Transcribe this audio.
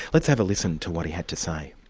let's have a listen to what he had to say.